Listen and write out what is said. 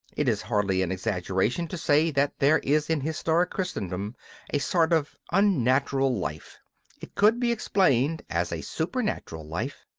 it is hardly an exaggeration to say that there is in historic christendom a sort of unnatural life it could be explained as a supernatural life.